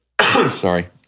Sorry